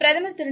பிரதமர் திரு